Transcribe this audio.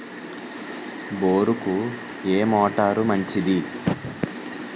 బోరుకి ఏ మోటారు మంచిది?